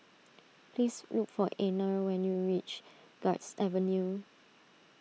please look for Anner when you reach Guards Avenue